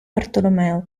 bartolomeo